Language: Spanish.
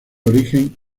origen